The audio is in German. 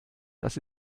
das